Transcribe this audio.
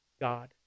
God